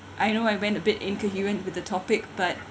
I know I went a bit incoherent with the topic but